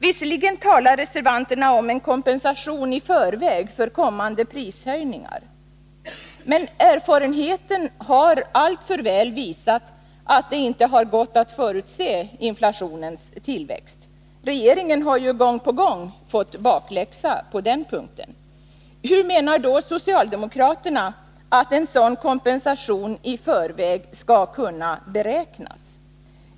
Visserligen talar reservanterna om en kompensation i förväg för kommande prishöjningar, men erfarenheterna har alltför väl visat att det inte har gått att förutse inflationens tillväxt; regeringen har ju gång på gång fått bakläxa på den punkten. Hur menar då socialdemokraterna att en sådan kompensation i förväg skall kunna beräknas?